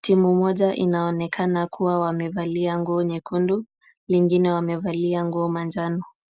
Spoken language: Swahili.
Timu moja inaonekana kuwa wamevalia nguo nyekundu, hiyo ingine wamevalia nguo manjano.